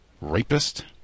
rapist